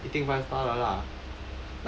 一定 five star 的啦